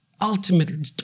Ultimately